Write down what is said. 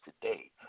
today